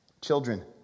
Children